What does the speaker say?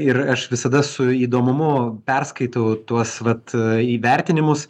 ir aš visada su įdomumu perskaitau tuos vat įvertinimus